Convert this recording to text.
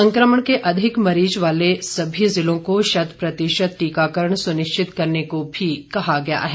संक्रमण के अधिक मरीज वाले सभी ज़िलों को शतप्रतिशत टीकाकरण सुनिश्चित करने को भी कहा गया है